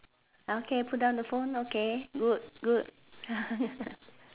okay put down the phone okay good good